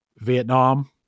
Vietnam